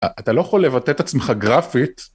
אתה לא יכול לבטא את עצמך גרפית.